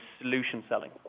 solution-selling